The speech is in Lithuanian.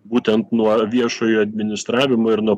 būtent nuo viešojo administravimo ir nuo